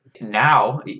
Now